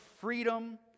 freedom